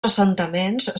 assentaments